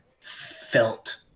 felt